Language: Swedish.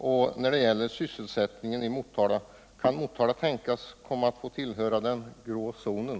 Och när det gäller sysselsättningen i Motala: Kan Motala tänkas få tillhöra den grå zonen?